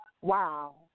Wow